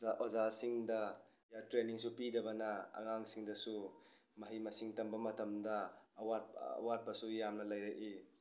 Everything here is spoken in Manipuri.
ꯑꯣꯖꯤꯁꯤꯡꯗ ꯇ꯭ꯔꯦꯟꯅꯤꯡꯁꯨ ꯄꯤꯗꯕꯅ ꯑꯉꯥꯡꯁꯤꯡꯗꯁꯨ ꯃꯍꯩ ꯃꯁꯤꯡ ꯇꯝꯕ ꯃꯇꯝꯗ ꯑꯋꯥꯠꯄꯁꯨ ꯌꯥꯝꯅ ꯂꯩꯔꯛꯏ